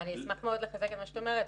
אני אשמח מאוד לחזק את מה שאת אומרת,